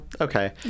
okay